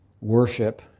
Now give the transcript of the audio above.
worship